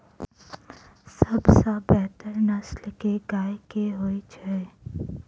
सबसँ बेहतर नस्ल केँ गाय केँ होइ छै?